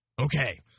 Okay